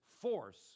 force